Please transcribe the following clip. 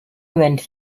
went